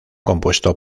compuesto